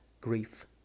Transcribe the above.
grief